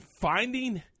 finding